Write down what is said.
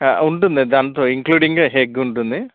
ఉంటుంది దాంతో ఇంక్లూడింగే ఎగ్ ఉంటుంది